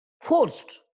forced